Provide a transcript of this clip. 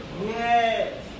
Yes